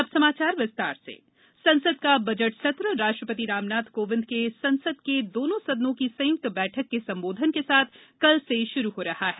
अब समाचार विस्तार से संसद का बजट सत्र राष्ट्रपति रामनाथ कोविंद संसद के दोनों सदनों की संयुक्त बैठक के संबोधन के साथ कल से शुरू हो रहा है